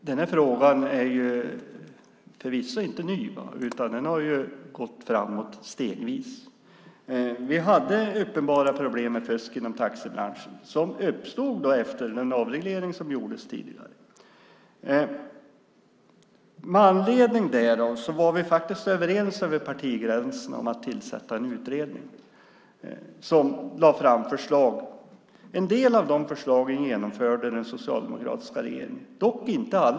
Fru talman! Den här frågan är förvisso inte ny. Det har gått framåt stegvis. Vi hade uppenbara problem med fusk inom taxibranschen som uppstod efter den avreglering som gjordes tidigare. Med anledning därav var vi faktiskt överens över partigränserna om att tillsätta en utredning som lade fram förslag. En del av de förslagen genomförde den socialdemokratiska regeringen, dock inte alla.